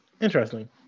Interesting